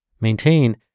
Maintain